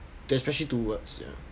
that especially towards ya